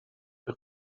per